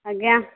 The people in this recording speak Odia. ଆଜ୍ଞା